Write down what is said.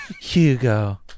hugo